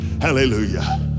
hallelujah